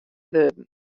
wurden